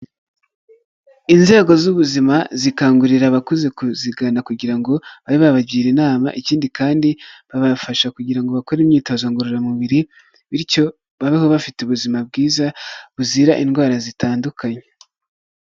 Inzego z'ubuzima zikangurira abakuze kuzigana kugira ngo babe babagira inama, ikindi kandi babafasha kugira ngo bakore imyitozo ngororamubiri bityo babeho bafite ubuzima bwiza buzira indwara zitandukanye.